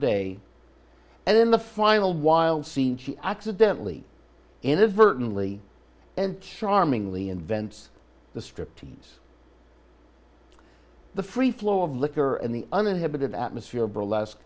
day and in the final wild scene she accidentally inadvertently and charmingly invents the striptease the free flow of liquor and the uninhibited atmosphere of burlesque